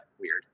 weird